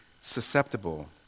susceptible